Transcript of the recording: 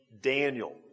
Daniel